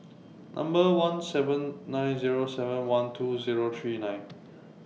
Number one seven nine Zero seven one two Zero three nine